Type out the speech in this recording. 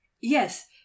yes